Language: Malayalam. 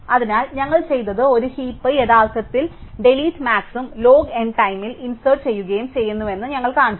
അതിനാൽ ഞങ്ങൾ ചെയ്തത് ഒരു ഹീപ് യഥാർത്ഥത്തിൽ ഡിലീറ്റ് മാക്സും ലോഗ് N ടൈമിൽ ഇന്സേര്ട് ചെയുകയും ചെയ്യുന്നുവെന്ന് ഞങ്ങൾ കാണിച്ചു